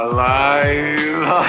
Alive